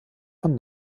von